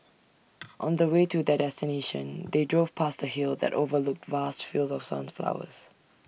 on the way to their destination they drove past A hill that overlooked vast fields of sunflowers